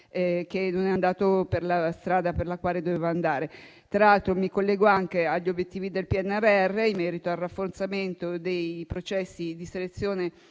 non è andato per la strada per la quale doveva andare. Tra l'altro, collegandomi anche agli obiettivi del PNRR in merito al rafforzamento dei processi di selezione